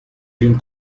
l’une